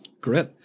Great